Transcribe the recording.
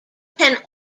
can